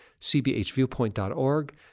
cbhviewpoint.org